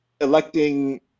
electing